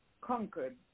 conquered